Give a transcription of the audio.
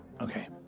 Okay